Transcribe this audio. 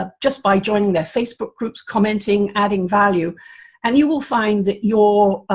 ah just by joining their facebook groups, commenting, adding value and you will find that your,